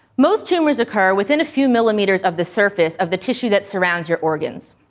most tumours occur within a few millimetres of the surface of the tissue that surrounds your organs.